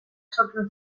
sortzen